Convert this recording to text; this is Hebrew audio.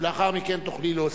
ולאחר מכן תוכלי להוסיף.